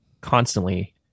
constantly